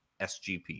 SGP